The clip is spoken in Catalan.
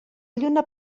lluna